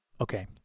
Okay